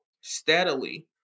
steadily